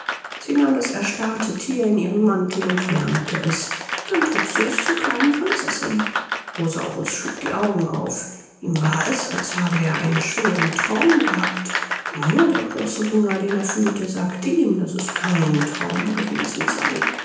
sie nahm das erstarrte thier in ihren mantel und wärmte es dann trug sie es zur kleinen prinzessin rosaurus schlug die augen auf ihm war es als habe er einen schweren traum gehabt nur der große hunger den er fühlte sagte ihm daß es kein traum gewesen sei